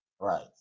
right